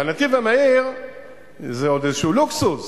בנתיב זה עוד איזה לוקסוס,